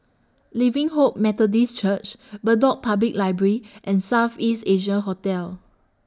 Living Hope Methodist Church Bedok Public Library and South East Asia Hotel